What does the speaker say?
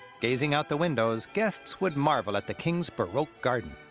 gazing out the windows, guests would marvel at the king's baroque garden.